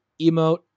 emote